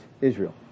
Israel